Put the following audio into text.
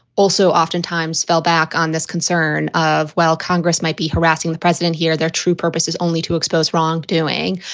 also oftentimes fell back on this concern of, well, congress might be harassing the president here. their true purpose is only to expose wrongdoing.